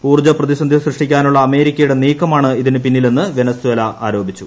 ഊർജ പ്രതിസന്ധി സൃഷ്ടിക്കാനുള്ള അമേരിക്കയുടെ നീക്കമാണ് ഇതിനു പിന്നിലെന്ന വെനസ്വേല ആരോപിച്ചു